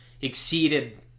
exceeded